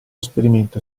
esperimento